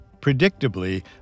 Predictably